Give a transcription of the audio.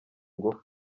ingufu